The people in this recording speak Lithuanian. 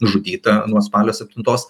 žudyta nuo spalio septintos